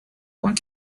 points